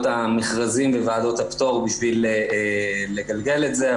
המכרזים וועדות הפטור בשביל לגלגל את זה,